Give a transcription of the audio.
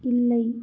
இல்லை